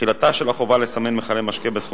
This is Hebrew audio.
תחילתה של החובה לסמן מכלי משקה בסכום